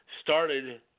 started